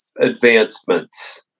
advancements